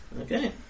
Okay